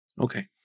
Okay